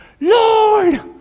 Lord